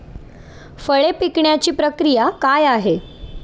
फळे पिकण्याची प्रक्रिया काय आहे?